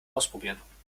ausprobieren